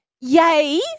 yay